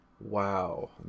Wow